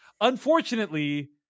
Unfortunately